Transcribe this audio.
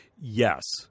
Yes